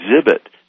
exhibit